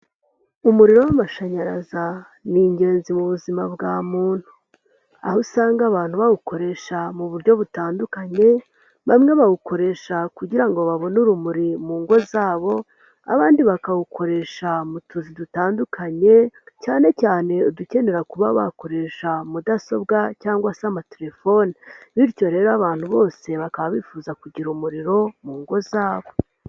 Umuriro w'amashanyarazi ni ingenzi mu buzima bwa muntu. Aho usanga abantu bawukoresha mu buryo butandukanye. Bamwe bawukoresha kugira ngo babone urumuri mu ngo zabo, abandi bakawukoresha mu tuzi dutandukanye cyane cyane udukenera kuba bakoresha mudasobwa cyangwa se amatelefone bityo rero abantu bose bakaba bifuza kugira umuriro mu ngo zabo.